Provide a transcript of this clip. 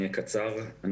אקצר בדבריי.